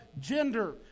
gender